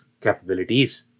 capabilities